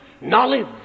knowledge